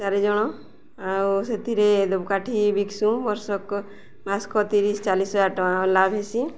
ଚାରିଜଣ ଆଉ ସେଥିରେ କାଠି ବିକ୍ସୁଁ ବର୍ଷକ ମାସକ ତିରିଶ ଚାଲିଶ ହଜାର ଟଙ୍କା ଆର୍ ଲାଭ ହେସି